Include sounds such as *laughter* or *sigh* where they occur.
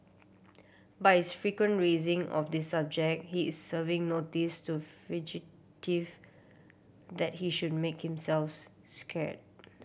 by his frequent raising of this subject he is serving notice to fugitive that he should make himself *unintelligible* scare